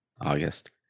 August